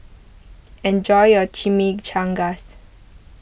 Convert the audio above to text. enjoy your Chimichangast